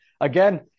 again